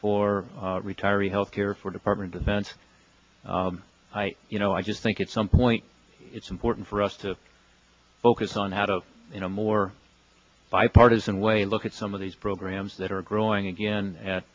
for retiree health care for department events you know i just think it's some point it's important for us to focus on how to in a more bipartisan way look at some of these programs that are growing again at